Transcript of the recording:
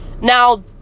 now